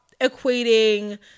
equating